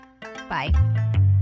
bye